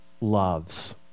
loves